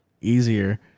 easier